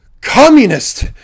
Communist